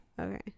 Okay